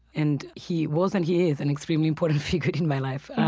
and he was and he is an extremely important figure in my life.